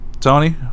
Tony